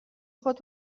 خود